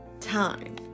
time